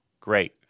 Great